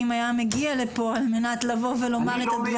היה מגיע לכאן על מנת לומר דברים.